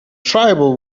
tribal